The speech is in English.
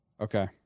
Okay